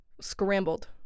scrambled